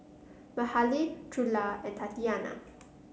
Mahalie Trula and Tatiana